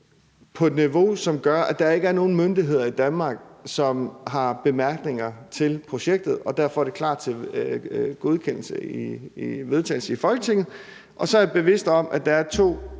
på et niveau, som gør, at der ikke er nogen myndigheder i Danmark, som har bemærkninger til projektet, og derfor er det klar til vedtagelse i Folketinget. Så er jeg bevidst om, at der er to